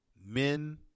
Men